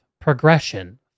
progression